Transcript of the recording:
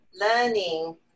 learning